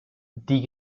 die